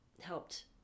helped